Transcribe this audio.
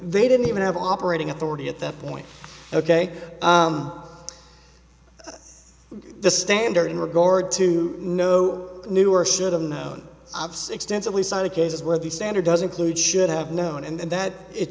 they didn't even have operating authority at that point ok the standard in regard to know knew or should have known obs extensively side of cases where the standard does include should have known and that it